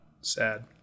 sad